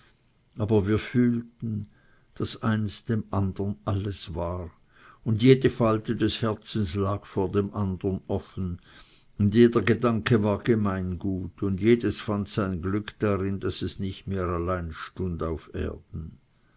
aber wir fühlten daß eins dem andern alles war und jede falte des herzens öffneten wir uns und jeder gedanke war gemeingut und jedes fand sein glück darin daß es nicht mehr allein stund auf erden